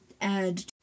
add